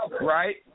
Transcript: right